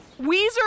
Weezer